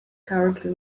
cowardly